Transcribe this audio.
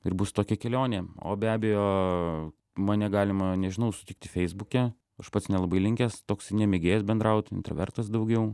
ir bus tokia kelionė o be abejo mane galima nežinau sutikti feisbuke aš pats nelabai linkęs toks ne mėgėjas bendraut intravertas daugiau